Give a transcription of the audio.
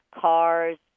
cars